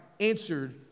answered